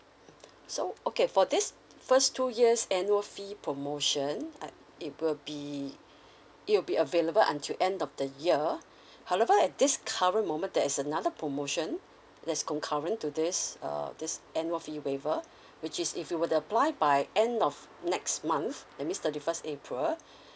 so okay for this first two years annual fee promotion uh it will be it will be available until end of the year however at this current moment there is another promotion that's concurrent to this err this annual fee waver which is if you were to apply by end of next month that means thirty first april